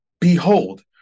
behold